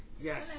Yes